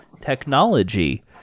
technology